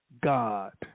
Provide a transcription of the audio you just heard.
God